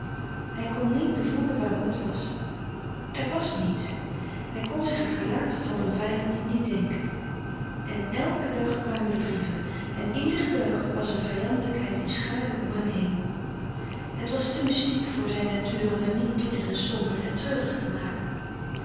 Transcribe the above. hij kon niet bevroeden waarom het was er was niets hij kon zich het gelaat van een vijand niet denken en louis couperus de stille kracht elken dag kwamen de brieven en iederen dag was een vijandelijkheid in schaduw om hem heen het was te mystiek voor zijn natuur om hem niet bitter en somber en treurig te maken